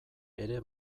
ere